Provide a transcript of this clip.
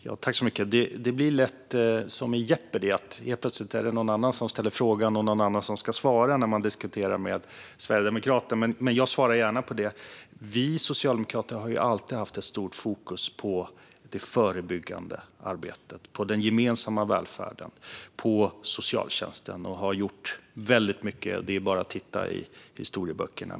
Herr ålderspresident! Det blir lätt som i Jeopardy när man diskuterar med sverigedemokrater: Helt plötsligt är det någon annan som ställer frågan och någon annan som ska svara. Men jag svarar gärna på det. Vi socialdemokrater har alltid haft ett stort fokus på det förebyggande arbetet, på den gemensamma välfärden och på socialtjänsten. Vi har gjort väldigt mycket. Det är bara att titta i historieböckerna.